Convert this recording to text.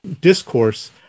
discourse